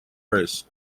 first